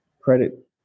credit